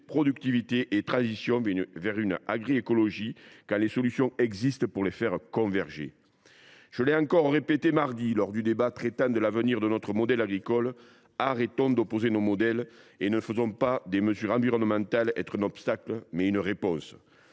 productivité et transition vers une agri écologie quand des solutions existent pour les faire converger. Je l’ai encore répété mardi lors du débat traitant de l’avenir de notre modèle agricole : arrêtons d’opposer nos modèles et faisons des mesures environnementales non pas un obstacle, mais une réponse.